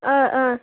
ꯑꯥ ꯑꯥ